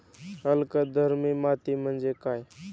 अल्कधर्मी माती म्हणजे काय?